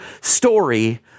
story